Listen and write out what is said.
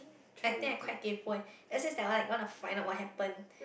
I think I quite kaypoh eh that's just that I like want you know find out what happen